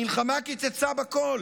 המלחמה קיצצה בכול.